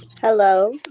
Hello